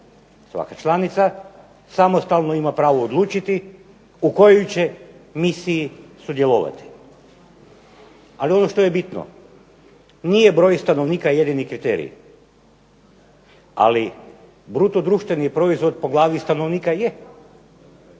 Svaka članica samostalno ima pravo odlučiti u kojoj će misiji sudjelovati. Ali ono što je bitno, nije broj stanovnika jedini kriterij, ali BDP po glavi stanovnika je.